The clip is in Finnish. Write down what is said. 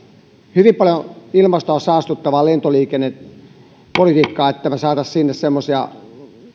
hyvin paljon ilmastoa saastuttavaa lentoliikennepolitiikkaa että me saisimme sinne semmoisia